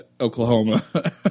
Oklahoma